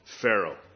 Pharaoh